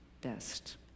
best